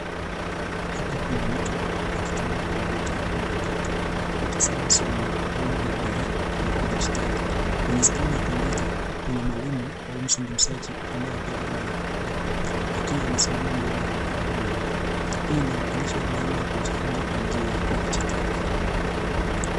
Hapa kuna mtu akitumia kompyuta mpakato kutazama somo au mhadhara wa kidijitali. Kwenye skrini ya kompyuta kuna mwalimu au mzungumzaji anayetoa mada akiwa amesimama mbele ya ubao mweupe. Hii inawakilisha dhana ya kujifunza kwa njia ya kidijitali.